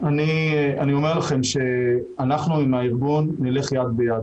עם הארגון נלך יד ביד.